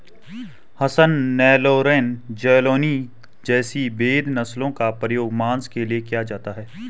हसन, नेल्लौर, जालौनी जैसी भेद नस्लों का प्रयोग मांस के लिए किया जाता है